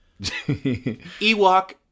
Ewok